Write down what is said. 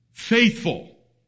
faithful